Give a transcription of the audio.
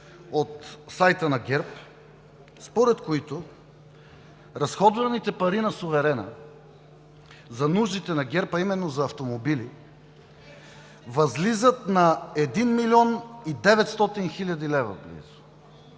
от сайта на ГЕРБ, според който разходваните пари на суверена за нуждите на ГЕРБ, а именно за автомобили, възлизат на близо 1 млн. 900 хил. лв.